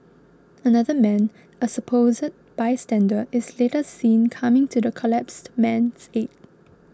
another man a supposed bystander is later seen coming to the collapsed man's aid